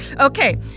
Okay